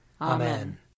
Amen